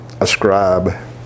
ascribe